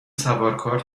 سوارکار